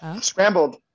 Scrambled